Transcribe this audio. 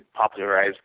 popularized